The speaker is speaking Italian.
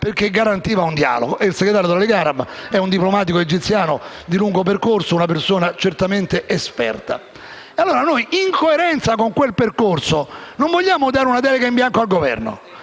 perché garantiva un dialogo e il segretario della Lega araba è una diplomatico egiziano di lungo corso, una persona certamente esperta. In coerenza, quindi, con quel percorso, non vogliamo dare una delega in bianco al Governo,